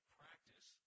practice